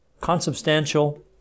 consubstantial